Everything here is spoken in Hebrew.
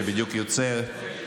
שיוצא בדיוק,